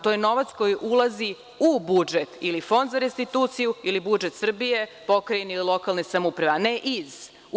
To je novac koji ulazi u budžet ili Fond za restituciju ili budžet Srbije, pokrajine i lokalne samouprave, a ne iz.